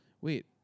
wait